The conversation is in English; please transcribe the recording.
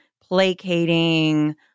placating